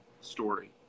story